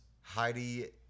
Heidi